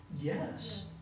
Yes